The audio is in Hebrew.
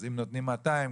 אז אם נותנים 200,